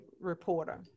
reporter